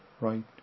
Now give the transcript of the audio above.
right